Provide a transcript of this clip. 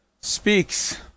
speaks